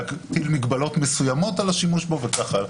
להטיל מגבלות מסוימות על השימוש בו וכך הלאה,